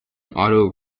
auto